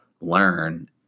learn